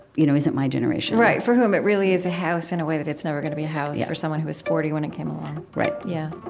you know, isn't my generation right, for whom it really is a house in a way that it's never going to be a house yeah for someone who was forty when it came along right yeah